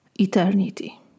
eternity